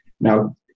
Now